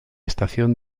estación